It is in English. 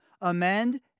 amend